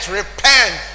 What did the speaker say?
repent